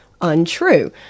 untrue